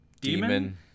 Demon